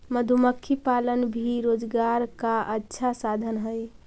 मधुमक्खी पालन भी रोजगार का अच्छा साधन हई